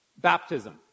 baptism